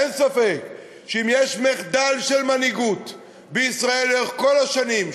אין ספק שאם יש מחדל של מנהיגות בישראל לאורך כל השנים,